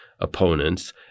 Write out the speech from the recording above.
Opponents